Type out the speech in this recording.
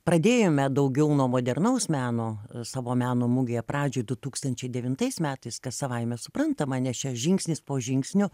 pradėjome daugiau nuo modernaus meno savo meno mugėje pradžioj du tūkstančiai devintais metais kas savaime suprantama nes čia žingsnis po žingsnio